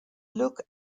look